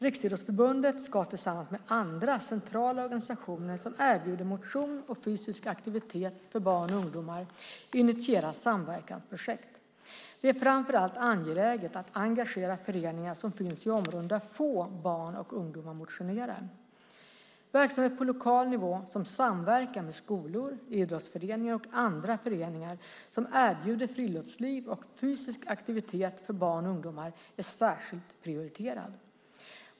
Riksidrottsförbundet ska tillsammans med andra centrala organisationer som erbjuder motion och fysisk aktivitet för barn och ungdomar initiera samverkansprojekt. Det är framför allt angeläget att engagera föreningar som finns i områden där få barn och ungdomar motionerar. Verksamhet på lokal nivå som samverkar med skolor, idrottsföreningar och andra föreningar som erbjuder friluftsliv och fysisk aktivitet för barn och ungdomar är särskilt prioriterad.